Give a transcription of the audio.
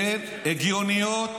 כן, הגיוניות,